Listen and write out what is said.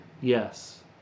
Yes